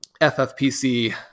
FFPC